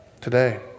today